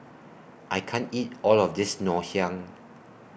I can't eat All of This Ngoh Hiang